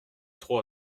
trop